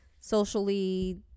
socially